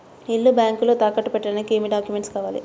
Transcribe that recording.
ఇల్లు బ్యాంకులో తాకట్టు పెట్టడానికి ఏమి డాక్యూమెంట్స్ కావాలి?